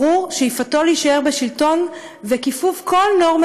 ברור: שאיפתו להישאר בשלטון וכיפוף כל נורמה